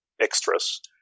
extras